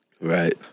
right